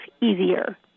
easier